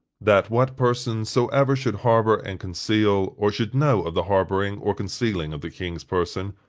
that what person soever should harbor and conceal, or should know of the harboring or concealing of the king's person,